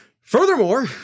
Furthermore